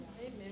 Amen